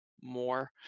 more